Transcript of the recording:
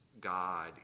God